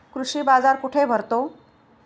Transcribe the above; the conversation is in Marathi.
कृषी बाजार कुठे भरतो?